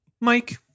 Mike